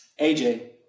AJ